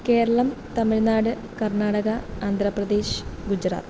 Keralam Tamil Nadu Karnataka Andhra Pradesh Gujarat